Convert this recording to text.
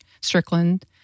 Strickland